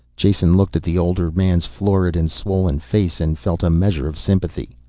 jason looked at the older man's florid and swollen face and felt a measure of sympathy.